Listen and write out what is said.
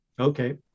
Okay